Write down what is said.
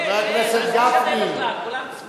חבל שלא שמעת את כל דבריו של המשנה לראש הממשלה.